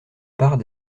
part